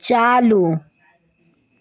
चालू